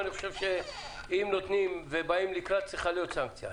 אני חושב שאם באים לקראת, צריכה להיות סנקציה.